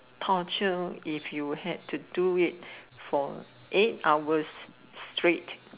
torture if you had to do it for eight hours straight